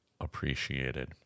appreciated